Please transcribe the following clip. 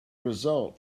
result